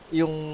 yung